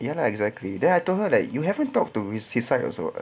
ya lah exactly then I told her like you haven't talked to his side also